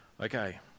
Okay